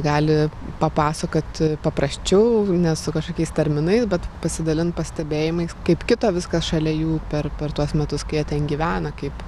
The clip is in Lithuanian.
gali papasakoti paprasčiau ne su kažkokiais terminais bet pasidalint pastebėjimais kaip kito viskas šalia jų per per tuos metus kai jie ten gyvena kaip